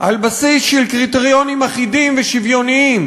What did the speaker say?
על בסיס של קריטריונים אחידים ושוויוניים,